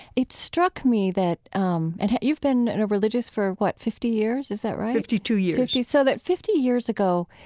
it struck me that um and you've been a religious for, what, fifty years, is that right? fifty-two years fifty so that fifty years ago,